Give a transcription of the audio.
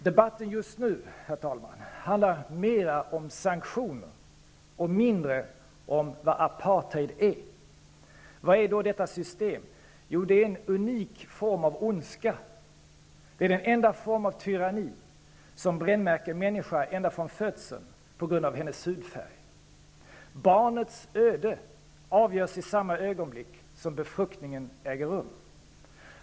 Debatten just nu, herr talman, handlar mer om sanktioner och mindre om vad apartheid är. Vad är då detta system? Jo, det är en unik form av ondska. Det är den enda form av tyranni som brännmärker en människa ända från födseln på grund av hennes hudfärg. Barnets öde avgörs i samma ögonblick som befruktningen äger rum.